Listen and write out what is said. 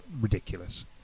ridiculous